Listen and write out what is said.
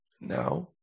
Now